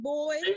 Boy